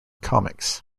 comics